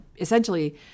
essentially